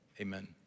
amen